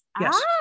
yes